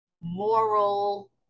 moral